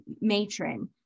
matron